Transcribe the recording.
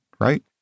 right